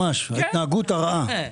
ההתנהגות הרעה.